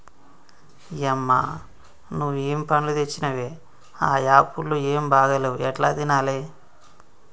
యమ్మ నువ్వు ఏం పండ్లు తెచ్చినవే ఆ యాపుళ్లు ఏం బాగా లేవు ఎట్లా తినాలే